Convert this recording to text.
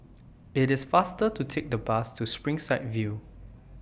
IT IS faster to Take The Bus to Springside View